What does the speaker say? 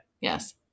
Yes